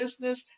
business